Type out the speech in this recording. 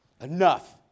Enough